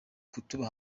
kutuba